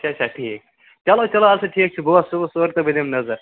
اچھا اچھا ٹھیٖک چَلو چَلو اَدٕ سا ٹھیٖک چھُ بہٕ وَسہٕ صُبحس اوٗر تہٕ بہٕ دِمہٕ نَظر